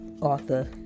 author